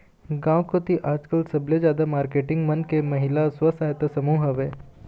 गांव कोती आजकल सबले जादा मारकेटिंग मन के महिला स्व सहायता समूह हवय